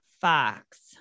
Fox